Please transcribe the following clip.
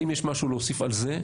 אם יש משהו להוסיף על זה,